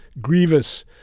grievous